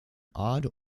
odd